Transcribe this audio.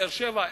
באר-שבע.